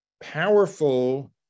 powerful